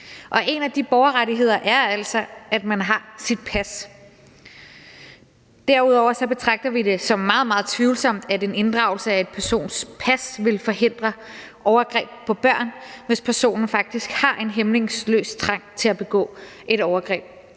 en af de borgerrettigheder er altså, at man har sit pas. Derudover betragter vi det som meget, meget tvivlsomt, om en inddragelse af en persons pas vil forhindre overgreb på børn, hvis personen faktisk har en hæmningsløs trang til at begå overgreb.